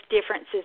differences